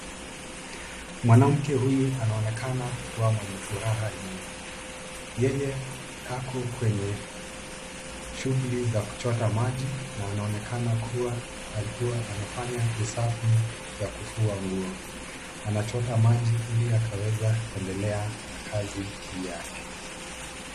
Mwanamke anaonekana kua mwenye furaha nyingi. Yeye ako kwenye shughuli za kuchota maji na anaonekana akiwa anafanya usafi wa kufua nguo. Anachota maji ili akaweze endelea na kazi yake.